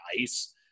ice